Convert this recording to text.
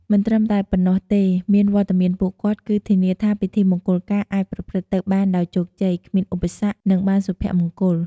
មិនត្រឹមតែប៉ុណ្ណោះទេ មានវត្តមានពួកគាត់ គឺធានាថាពិធីមង្គលការអាចប្រព្រឹត្តទៅបានដោយជោគជ័យ គ្មានឧបសគ្គ និងបានសុភមង្គល។